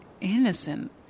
innocent